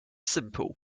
simple